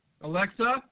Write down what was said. Alexa